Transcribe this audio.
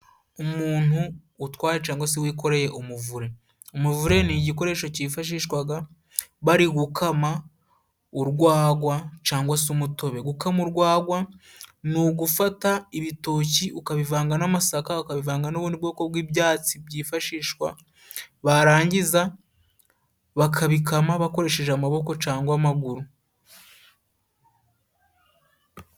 Umuntu utwaye cangwa se wikoreye umuvure. Umuvure ni igikoresho cifashishwaga bari gukama urwagwa cangwa se umutobe. Gukama urwagwa ni ugufata ibitoki ukabivanga n'amasaka ukabivanga n'ubundi bwoko bw'ibyatsi byifashishwa, barangiza bakabikama bakoresheje amaboko cangwa amaguru.